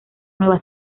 nueva